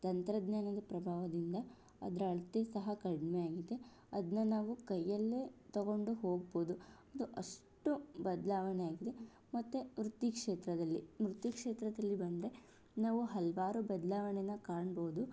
ತಂತ್ರಜ್ಞಾನದ ಪ್ರಭಾವದಿಂದ ಅದರ ಅಳತೆ ಸಹ ಕಡಿಮೆಯಾಗಿದೆ ಅದನ್ನ ನಾವು ಕೈಯಲ್ಲೇ ತೊಗೊಂಡು ಹೋಗಬಹುದು ಅದು ಅಷ್ಟು ಬದಲಾವಣೆಯಾಗಿದೆ ಮತ್ತು ವೃತ್ತಿಕ್ಷೇತ್ರದಲ್ಲಿ ವೃತ್ತಿಕ್ಷೇತ್ರದಲ್ಲಿ ಬಂದರೆ ನಾವು ಹಲವಾರು ಬದಲಾವಣೆನ ಕಾಣಬಹುದು